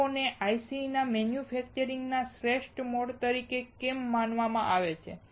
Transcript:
તેઓને ICના મેન્યુફેક્ચરિંગના શ્રેષ્ઠ મોડ તરીકે કેમ માનવામાં આવે છે